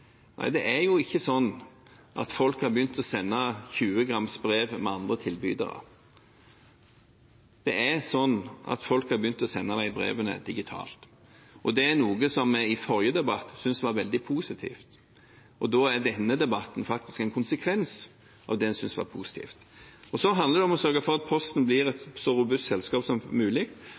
Nei, det er ikke sånn at folk har begynt å sende 20 grams brev med andre tilbydere. Det er sånn at folk har begynt å sende de brevene digitalt. Det syntes en i forrige debatt var veldig positivt, og da er denne debatten faktisk en konsekvens av det en syntes var positivt. Så handler det om å sørge for at Posten blir et så robust selskap som mulig,